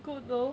cool though